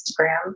Instagram